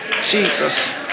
Jesus